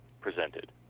presented